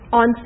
on